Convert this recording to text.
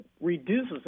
reduces